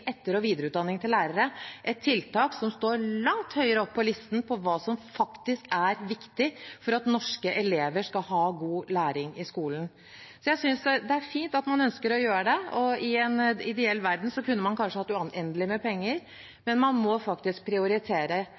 etter- og videreutdanning til lærere – et tiltak som står langt høyere opp på listen over hva som faktisk er viktig for at norske elever skal ha god læring i skolen. Det er fint at man ønsker å gjøre det, og i en ideell verden hadde man kanskje hatt uendelig med penger, men man må faktisk prioritere.